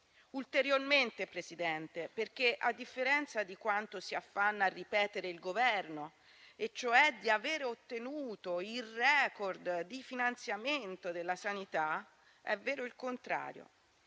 ulteriormente, Presidente, perché a differenza di quanto si affanna a ripetere il Governo, e cioè di avere ottenuto il *record* di finanziamento della sanità, è vero il contrario.